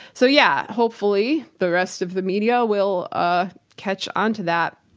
so yeah, hopefully the rest of the media will ah catch on to that.